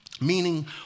Meaning